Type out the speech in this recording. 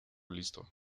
listo